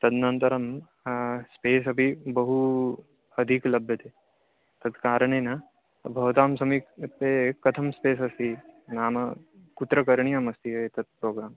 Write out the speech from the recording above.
तदनन्तरं स्पेस् अपि बहू अधिकं लभ्यते तत्कारणेन भवतां समीपे कथं स्पेस् अस्ति नाम कुत्र करणीयमस्ति एतत् प्रोग्राम्